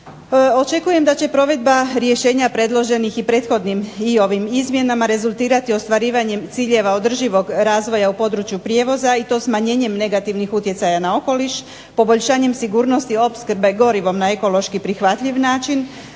Očekujem da će provedba rješenja predloženih i prethodnim i ovim izmjenama rezultirati ostvarivanjem ciljeva održivog razvoja u području prijevoza i to smanjenjem negativnih utjecaja na okoliš, poboljšanjem sigurnosti opskrbe gorivom na ekološki prihvatljiv način,